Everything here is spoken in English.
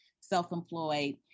self-employed